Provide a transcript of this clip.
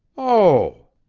oh!